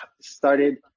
started